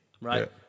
right